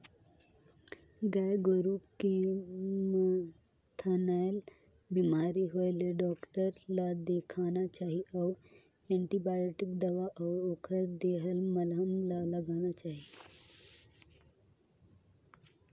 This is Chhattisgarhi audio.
गाय गोरु के म थनैल बेमारी होय ले डॉक्टर ल देखाना चाही अउ एंटीबायोटिक दवा अउ ओखर देहल मलहम ल लगाना चाही